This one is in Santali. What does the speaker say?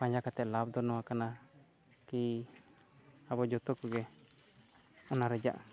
ᱯᱟᱸᱡᱟ ᱠᱟᱛᱮ ᱞᱟᱵᱷ ᱫᱚ ᱱᱚᱣᱟ ᱠᱟᱱᱟ ᱠᱤ ᱟᱵᱚ ᱡᱚᱛᱚ ᱠᱚᱜᱮ ᱚᱱᱟ ᱨᱮᱭᱟᱜ